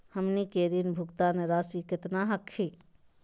हमनी के ऋण भुगतान रासी केतना हखिन?